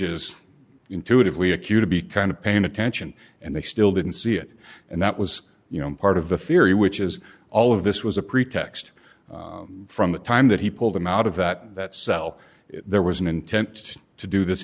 is intuitively a cue to be kind of paying attention and they still didn't see it and that was you know part of the theory which is all of this was a pretext from the time that he pulled them out of that that cell there was an intent to do this